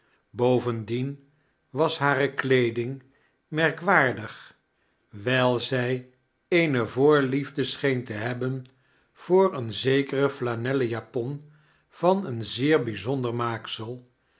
boverndiien was hare kleeding merkwaarddg wij't-zij eene vorlief die sciheen te hebben voor eene ziekere flanelleii japon van een zeer bij'zonder maaksel